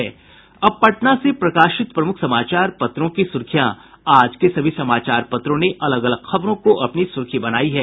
अब पटना से प्रकाशित प्रमुख समाचार पत्रों की सुर्खियां आज के सभी समाचार पत्रों ने अलग अलग खबरों को अपनी सुर्खी बनायी है